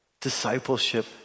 discipleship